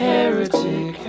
Heretic